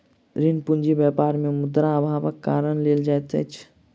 ऋण पूंजी व्यापार मे मुद्रा अभावक कारण लेल जाइत अछि